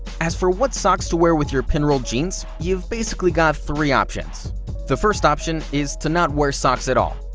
as for what socks to wear with your pinrolled jeans, you've basically got three options the first option is to not wear socks at all.